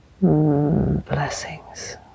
Blessings